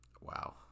Wow